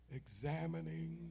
examining